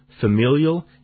familial